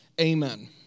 Amen